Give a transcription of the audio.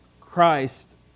Christ